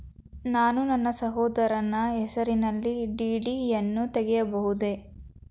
ನಾನು ನನ್ನ ಸಹೋದರನ ಹೆಸರಿನಲ್ಲಿ ಡಿ.ಡಿ ಯನ್ನು ತೆಗೆಯಬಹುದೇ?